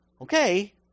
Okay